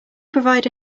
provide